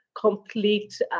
complete